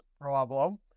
problem